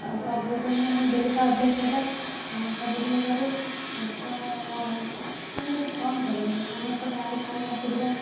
ଅ ସବୁଦିନି ଆମ ଡେଲିକା ଅଭ୍ୟାସ ଏଇଟା ଆମେ ସବୁଦିନ କରୁ ତ ମାନେ କ'ଣ କରିବୁ ଆମର ତ ଗାଁ ରେ ପାଣିର ଅସୁବିଧା